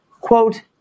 quote